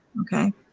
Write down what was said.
Okay